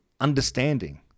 understanding